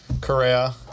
Korea